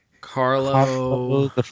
Carlo